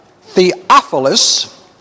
Theophilus